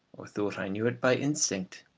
or thought i knew it, by instinct.